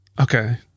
Okay